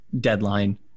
deadline